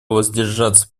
воздержаться